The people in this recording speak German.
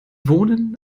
wohnen